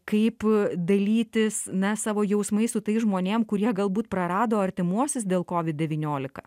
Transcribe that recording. kaip dalytis na savo jausmais su tais žmonėm kurie galbūt prarado artimuosius dėl kovid devyniolika